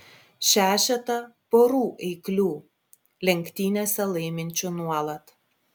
šešetą porų eiklių lenktynėse laiminčių nuolat